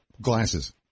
glasses